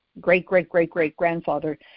great-great-great-great-grandfather